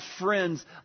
friends